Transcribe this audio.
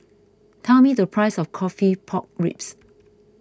tell me the price of Coffee Pork Ribs